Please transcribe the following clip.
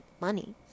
money